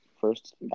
first